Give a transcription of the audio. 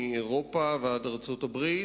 מאירופה ועד ארצות-הברית,